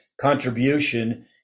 contribution